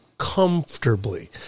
Comfortably